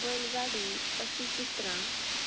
बैलगाडी अशीं चित्रां